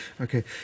okay